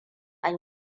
an